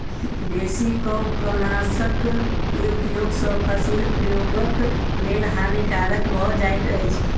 बेसी कवकनाशक के उपयोग सॅ फसील उपभोगक लेल हानिकारक भ जाइत अछि